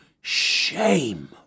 shame